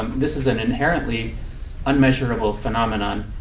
um this is an inherently unmeasurable phenomenon.